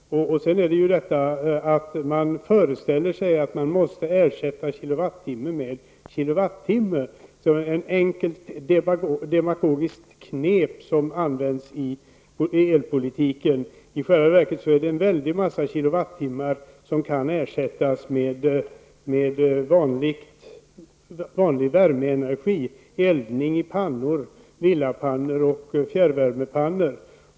Så har vi detta att man föreställer sig att man måste ersätta kilowattimme med kilowattimme. Det är ett enkelt demagogiskt knep som används i elpolitiken. I själva verket är det en massa kilowattimmar som kan ersättas med vanlig värmeenergi, eldning i pannor, villapannor och fjärrvärmepannor.